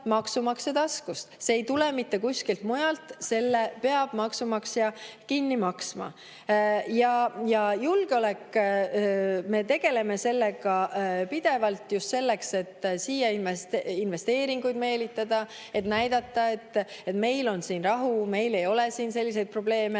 maksumaksja taskust. See ei tule mitte kuskilt mujalt, selle peab maksumaksja kinni maksma. Julgeolekuga me tegeleme pidevalt just selleks, et meelitada siia investeeringuid ning näidata, et meil on siin rahu, meil ei ole selliseid probleeme